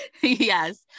yes